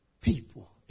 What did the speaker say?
people